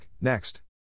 next